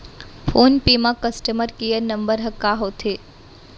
Phone पे म customer care number ह का होथे?